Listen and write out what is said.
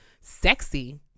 sexy